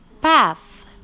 path